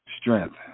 strength